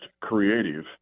creative